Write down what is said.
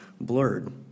blurred